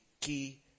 key